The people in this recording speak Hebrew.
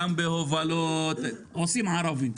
גם בהובלות עושים ערבים.